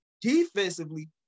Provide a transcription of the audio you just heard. defensively